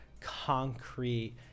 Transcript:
concrete